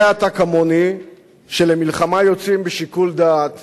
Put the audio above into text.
יודע אתה, כמוני, שלמלחמה יוצאים בשיקול דעת